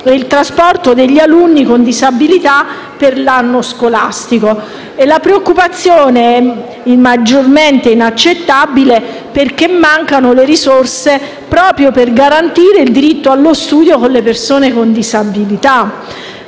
il trasporto degli alunni con disabilità per l'anno scolastico. La preoccupazione è ancor più inaccettabile perché mancano le risorse proprio per garantire il diritto allo studio delle persone con disabilità.